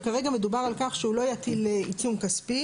אבל כרגע מדובר על כך שהוא לא יטיל עיצום כספי.